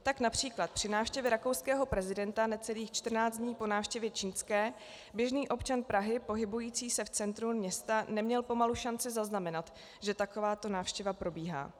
Tak například při návštěvě rakouského prezidenta necelých 14 dní po návštěvě čínské běžný občan Prahy pohybující se v centru města neměl pomalu šanci zaznamenat, že takováto návštěva probíhá.